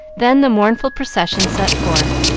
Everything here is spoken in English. then the mournful procession set forth,